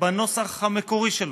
בנוסח הזה,